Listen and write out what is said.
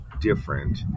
different